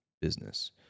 business